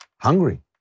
hungry